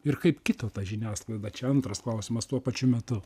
ir kaip kito ta žiniasklaida čia antras klausimas tuo pačiu metu